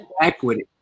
equity